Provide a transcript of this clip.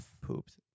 Pooped